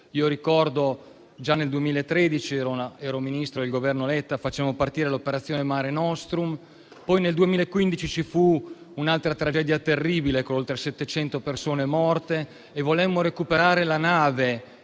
ricordo che già nel 2013, quando ero Ministro del Governo Letta, facemmo partire l'operazione Mare nostrum; poi nel 2015 ci fu un'altra tragedia terribile, con oltre 700 persone morte, e volemmo recuperare la nave